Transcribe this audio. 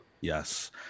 Yes